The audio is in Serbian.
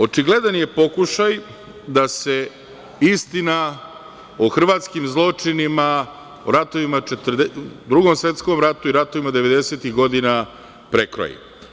Očigledan je pokušaj da se istina o hrvatskim zločinima, o Drugom svetskom ratu, ratovima devedesetih godina prekroji.